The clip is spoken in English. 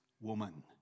woman